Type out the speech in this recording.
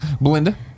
Belinda